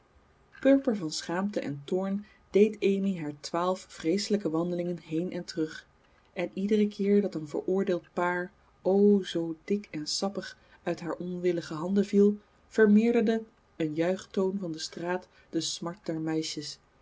purper van schaamte en toorn deed amy haar twaalf vreeselijke wandelingen heen en terug en iederen keer dat een veroordeeld paar o zoo dik en sappig uit haar onwillige handen viel vermeerderde een juichtoon van de straat de smart der meisjes